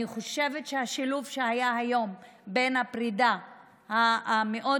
אני חושבת שהשילוב שהיה היום בין הפרידה המאוד-מכובדת